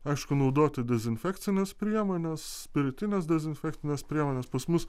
aišku naudoti dezinfekcines priemones spiritines dezinfekcines priemones pas mus